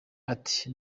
ati